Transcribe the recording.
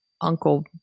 Uncle